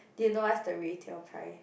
do you know what's the retail price